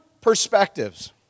perspectives